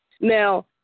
Now